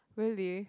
really